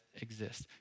exist